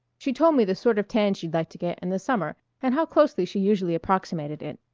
she told me the sort of tan she'd like to get in the summer and how closely she usually approximated it.